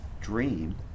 dream